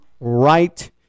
right